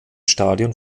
stadion